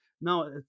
now